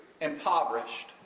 impoverished